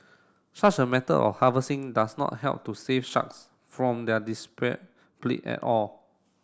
such a method of harvesting does not help to save sharks from their at all